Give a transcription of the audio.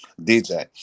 DJ